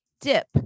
dip